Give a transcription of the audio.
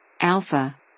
Alpha